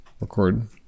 record